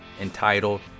entitled